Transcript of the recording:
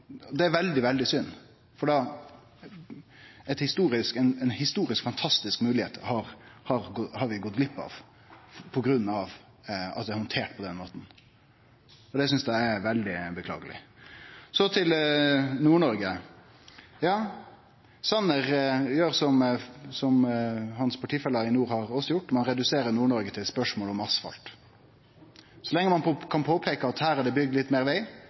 historisk, fantastisk moglegheit på grunn av at det er handtert på denne måten. Det synest eg er veldig beklageleg. Så til Nord-Noreg: Ja, Sanner gjer som hans partifeller i nord også har gjort. Ein reduserer Nord-Noreg til eit spørsmål om asfalt. Så lenge dei kan peike på at det er bygd litt meir veg,